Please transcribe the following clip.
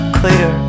clear